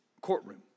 courtroom